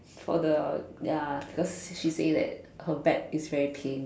for the ya cause she say that her back is very pain